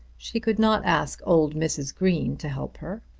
she could not ask old mrs. green to help her.